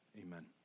Amen